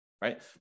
Right